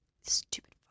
Stupid